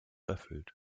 erfüllt